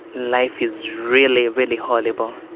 life is really, really horrible.